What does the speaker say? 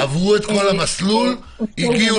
זאת אומרת, עברו את כל המסלול, הגיעו